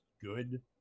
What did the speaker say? good